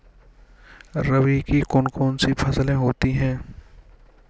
रबी की कौन कौन सी फसलें होती हैं?